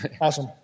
Awesome